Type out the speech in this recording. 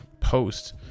post